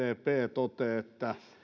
toteaa että